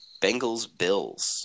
Bengals-Bills